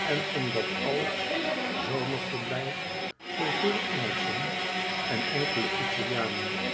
en om dat alles zomerverblijf voor veel engelschen en enkele italianen